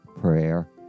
prayer